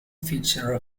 feature